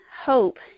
hope